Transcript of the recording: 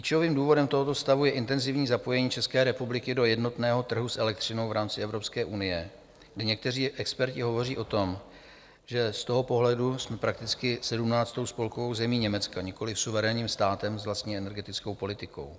Klíčovým důvodem tohoto stavu je intenzivní zapojení České republiky do jednotného trhu s elektřinou v rámci Evropské unie, kdy někteří experti hovoří o tom, že z toho pohledu jsme prakticky sedmnáctou spolkovou zemí Německa, nikoliv suverénním státem s vlastní energetickou politikou.